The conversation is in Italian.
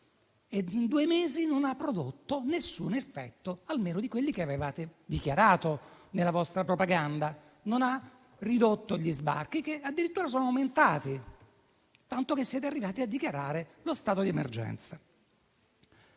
di tempo non ha prodotto nessun effetto, almeno di quelli che avevate dichiarato nella vostra propaganda: non ha ridotto gli sbarchi, che addirittura sono aumentati, tanto che siete arrivati a dichiarare lo stato di emergenza.